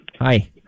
Hi